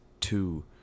two